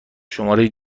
شماره